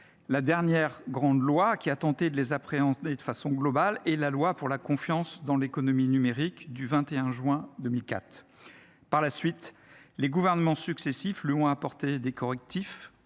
La dernière grande loi qui a tenté d’appréhender ces sujets de façon globale est la loi pour la confiance dans l’économie numérique du 21 juin 2004. Par la suite, les gouvernements successifs lui ont apporté des correctifs